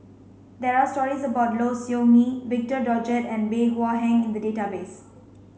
there are stories about Low Siew Nghee Victor Doggett and Bey Hua Heng in the database